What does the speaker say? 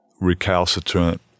recalcitrant